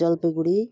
Jalpaiguri